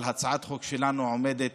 אבל הצעת החוק שלנו עומדת